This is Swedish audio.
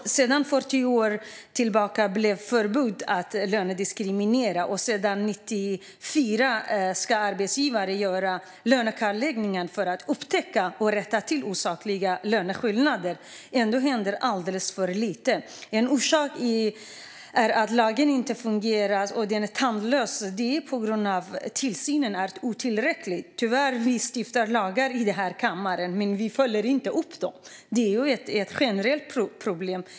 Sedan 40 år tillbaka är det förbjudet att lönediskriminera, och sedan 1994 ska arbetsgivare göra lönekartläggning för att upptäcka och rätta till osakliga löneskillnader. Ändå händer alldeles för lite. En orsak till att lagen är tandlös är att tillsynen är otillräcklig. Vi stiftar lagar här i kammaren, men tyvärr följer vi inte upp dem, vilket är ett generellt problem.